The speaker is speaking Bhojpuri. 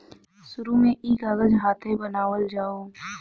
शुरु में ई कागज हाथे बनावल जाओ